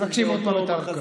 מבקשים עוד פעם את הארכה.